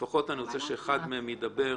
אז לפחות אני רוצה שאחד מהם ידבר.